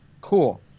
cool